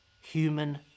human